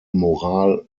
moral